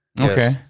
okay